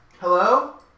Hello